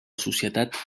societat